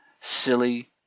Silly